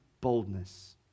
boldness